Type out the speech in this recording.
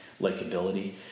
Likeability